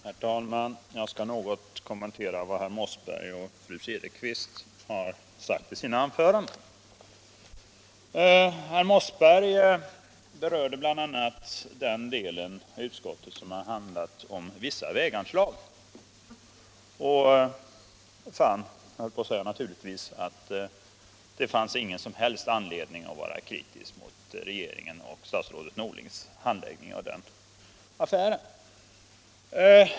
Herr talman! Jag skall något kommentera vad herr Mossberg och fru Cederqvist har sagt i sina anföranden. Herr Mossberg berörde bl.a. den del av utskottsbetänkandet som handlar om vissa väganslag, och han fann — naturligtvis, höll jag så när på att säga — att det inte fanns någon som helst anledning att vara kritisk mot regeringen och statsrådet Norling när det gällde den affären.